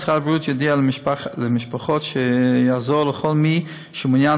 משרד הבריאות יודיע למשפחות שיעזור לכל מי שמעונין